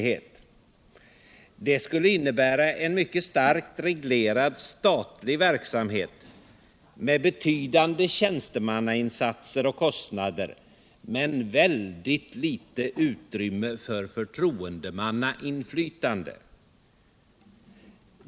Ett sådant här system skulle innebära en mycket starkt reglerad statlig verksamhet, med betydande tänstemannainsatser och kostnader men väldigt litet utrymme för förtroendemannainflytande.